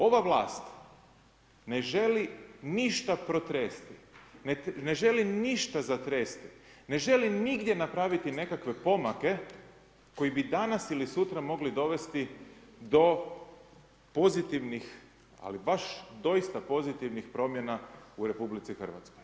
Ova vlast ne želi ništa protresti, ne želi ništa zatresti, ne želi nigdje napraviti nekakve pomake koji bi danas ili sutra mogli dovesti do pozitivnih ali baš doista pozitivnih promjena u RH.